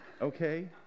Okay